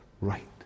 right